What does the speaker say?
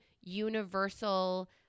universal